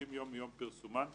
60 ימים מיום פרסומן (להלן,